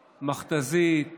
מכת"זית, בואש,